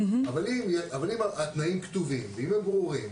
אבל אם התנאים כתובים ואם הם ברורים,